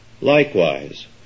likewise